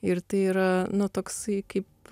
ir tai yra nu toksai kaip